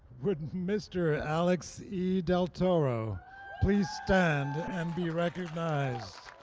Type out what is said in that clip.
would mr. alex e. del toro please stand and be recognized?